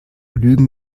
lügen